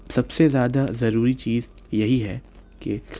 سب سے زیادہ ضروری چیز یہی ہے کہ